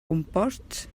composts